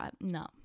no